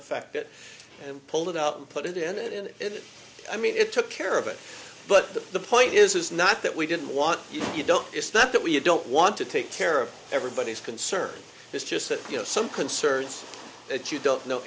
affect it and pulled it out and put it in and in it i mean it took care of it but the point is not that we didn't want you don't it's not that we don't want to take care of everybody's concern is just that you have some concerns that you don't know